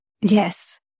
Yes